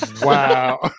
Wow